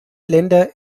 länder